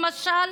למשל?